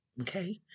Okay